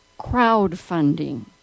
crowdfunding